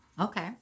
Okay